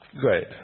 Great